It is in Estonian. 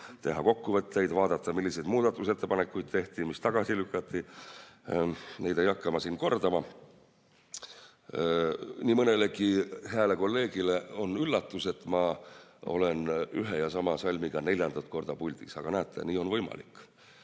teha kokkuvõtteid, vaadata, milliseid muudatusettepanekuid tehti, mis tagasi lükati. Neid ei hakka ma siin kordama. Nii mõnelegi hääle kolleegile on üllatus, et ma olen ühe ja sama salmiga neljandat korda puldis, aga näete, nii on võimalik. Teine